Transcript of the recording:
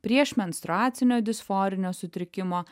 prieš menstruacinio disforinis sutrikimo